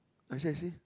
I see I see